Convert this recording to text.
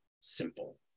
simple